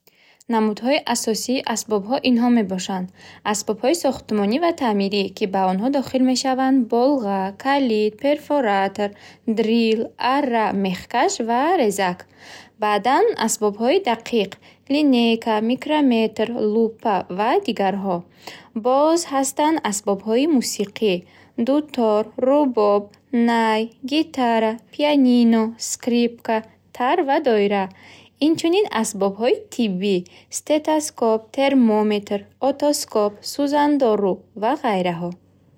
Намудҳои асосии асбобхо инҳо мебошанд. Асбобҳои сохтмонӣ ва таъмирӣ, ки ба онхо дохил мешаванд: болға, калид, перфоратор, дрил, арра, мехкаш ва резак. Баъдан асбобҳои дақиқ: линейка, микрометр, лупа ва дигарҳо. Боз хастанд асбобҳои мусиқӣ: дутор, рубоб, най, гитара, пианино, скрипка, тар ва доира. Инчунин асбобҳои тиббӣ: стетоскоп, термометр, отоскоп, сузандору ва гайраҳо.